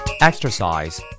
Exercise